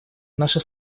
наша